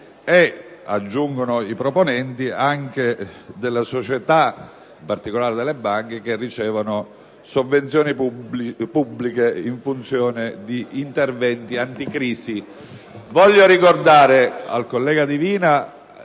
- aggiungono i proponenti - delle società, in particolare delle banche, che ricevono sovvenzioni pubbliche in funzione di interventi anticrisi.